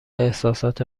احساسات